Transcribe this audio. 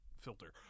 filter